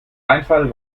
einfall